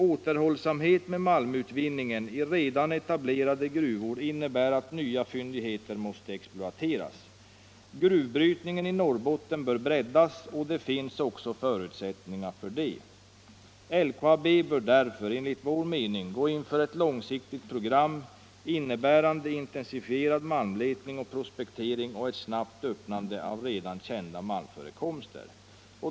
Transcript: Återhållsamhet med malmutvinningen i redan etablerade gruvor innebär att nya fyndigheter måste exploateras. Gruvbrytningen i Norrbotten bör breddas, och det finns också förutsättningar härför. LKAB bör därför gå in för ett långsiktigt program, innebärande intensifierad malmletning och prospektering och ett snabbt öppnande av redan kända malmförekomster.